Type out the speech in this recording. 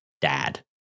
dad